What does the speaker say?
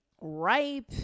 ripe